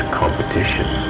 competition